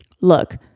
Look